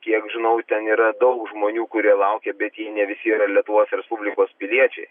kiek žinau ten yra daug žmonių kurie laukia bet jie ne visi yra lietuvos respublikos piliečiai